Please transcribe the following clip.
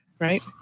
right